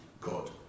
God